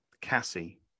Cassie